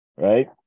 Right